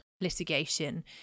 litigation